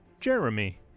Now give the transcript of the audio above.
Jeremy